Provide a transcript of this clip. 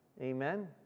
Amen